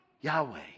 Yahweh